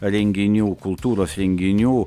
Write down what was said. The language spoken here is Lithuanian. renginių kultūros renginių